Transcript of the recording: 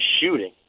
shooting